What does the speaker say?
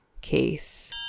case